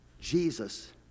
Jesus